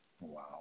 Wow